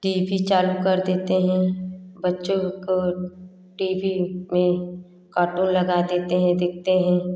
T V चालू कर देते हैं बच्चों को टी वी में कार्टून लगा देते हैं देखते हैं